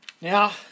Now